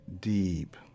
deep